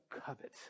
covet